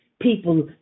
People